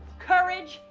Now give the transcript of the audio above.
courage,